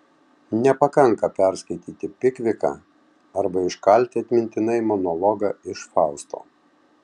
nepakanka perskaityti pikviką arba iškalti atmintinai monologą iš fausto